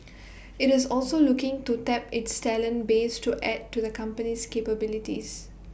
IT is also looking to tap its talent base to add to the company's capabilities